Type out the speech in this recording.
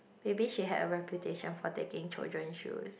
maybe he had a reputation for taking children shoes